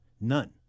None